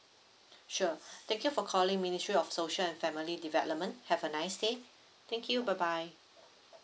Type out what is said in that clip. sure thank you for calling ministry of social and family development have a nice day thank you bye bye